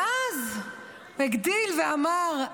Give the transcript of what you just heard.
ואז הגדיל ואמר: